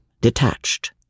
detached